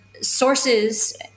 sources